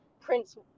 Prince